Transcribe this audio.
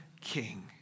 king